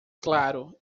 claro